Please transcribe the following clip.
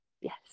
yes